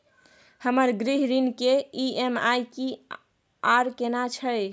हमर गृह ऋण के ई.एम.आई की आर केना छै?